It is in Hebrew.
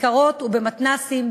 בכיכרות ובמתנ"סים,